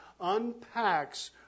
unpacks